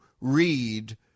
read